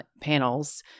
panels